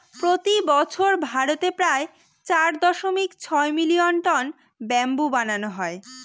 প্রতি বছর ভারতে প্রায় চার দশমিক ছয় মিলিয়ন টন ব্যাম্বু বানানো হয়